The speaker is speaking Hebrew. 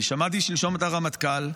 אני שמעתי שלשום את הרמטכ"ל,